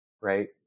right